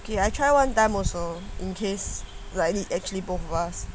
okay I try one time also in case like need actually both of us